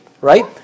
right